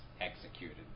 executed